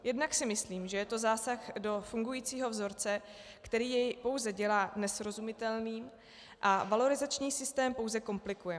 Jednak si myslím, že je to zásah do fungujícího vzorce, který jej pouze dělá nesrozumitelný a valorizační systém pouze komplikuje.